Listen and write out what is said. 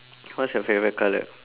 what's your favourite colour